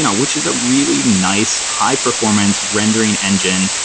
yeah which is a really nice high performance rendering engine.